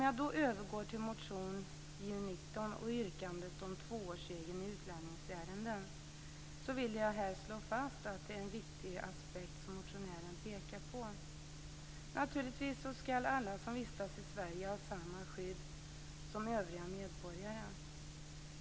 Jag övergår till motion Ju919 och yrkandet om tvåårsregeln i utlänningsärenden. Jag vill här slå fast en viktig aspekt som motionären pekar på. Naturligtvis skall alla som vistas i Sverige ha samma skydd som övriga medborgare.